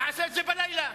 תעשה את זה בלילה.